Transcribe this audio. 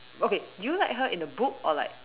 okay do you like her in the book or like